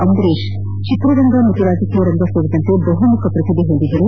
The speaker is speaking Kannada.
ಅಂಬರೀಷ್ ಚಿತ್ರರಂಗ ಹಾಗೂ ರಾಜಕೀಯ ರಂಗ ಸೇರಿದಂತೆ ಬಹುಮುಖ ಪ್ರತಿಭೆ ಹೊಂದಿದ್ದರು